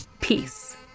Peace